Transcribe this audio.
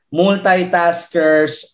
multitaskers